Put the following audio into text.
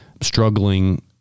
struggling